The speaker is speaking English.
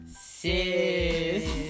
Sis